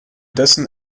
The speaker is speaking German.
dessen